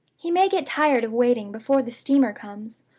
he may get tired of waiting before the steamer comes,